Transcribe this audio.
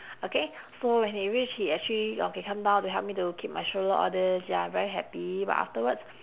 okay so when he reach he actually okay came down to help me to keep my stroller all this ya I'm very happy but afterwards